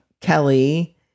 Kelly